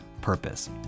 purpose